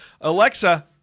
Alexa